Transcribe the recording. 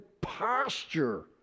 posture